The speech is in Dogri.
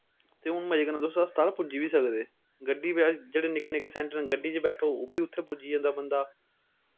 ते हून मज़े कन्नै तुस पुज्जी बी सकदे गड्डी जेह्ड़े निक्के निक्के सैंटरें गड्डी च बैट्ठो ओह्बी उत्थें पुज्जी जंदा बंदा उत्थें